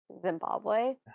Zimbabwe